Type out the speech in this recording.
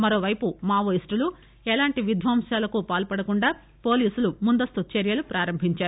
మరోవైపు మావోయిస్టులు ఎలాంటి విధ్వంసాలకు పాల్పడకుండా పోలీసులు ముందస్తు చర్యలు ప్రారంభించారు